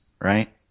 right